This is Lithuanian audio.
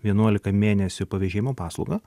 vienuolika mėnesių pavėžėjimo paslaugą